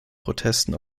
protesten